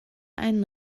einen